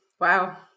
wow